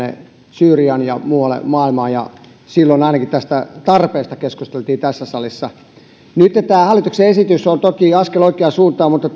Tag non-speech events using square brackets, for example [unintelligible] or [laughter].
syyriaan ja muualle maailmaan ja silloin ainakin tästä tarpeesta keskusteltiin tässä salissa nytten tämä hallituksen esitys on toki askel oikeaan suuntaan mutta [unintelligible]